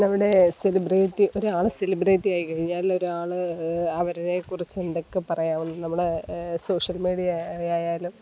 നമ്മുടെ സെലിബ്രിറ്റി ഒരാൾ സെലിബ്രിറ്റി ആയി കഴിഞ്ഞാൽ ഒരാൾ അവരെ കുറിച്ച് എന്തൊക്കെ പറയാം നമ്മുടെ സോഷ്യൽ മീഡിയ ആയാലും